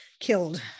killed